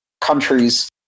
countries